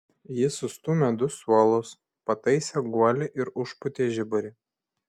ji sustūmę du suolus pataisė guolį ir užpūtė žiburį